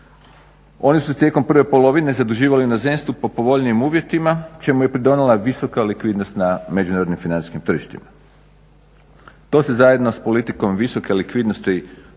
Oni su tijekom prve polovine zaduživali u inozemstvu po povoljnijim uvjetima čemu je pridonijela visoka likvidnost na međunarodnim financijskim tržištima. To se zajedno s politikom visoke likvidnosti